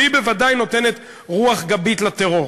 שהיא בוודאי נותנת רוח גבית לטרור.